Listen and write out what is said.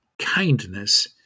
kindness